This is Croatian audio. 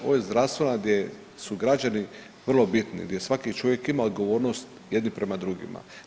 Ovo je zdravstvena gdje su građana vrlo bitni, gdje svaki čovjek ima odgovornost jedni prema drugima.